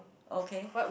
okay